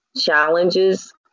challenges